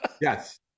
yes